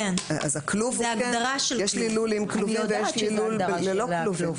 יש לול עם כלובים ויש לול ללא כלובים.